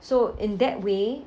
so in that way